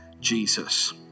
Jesus